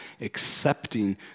accepting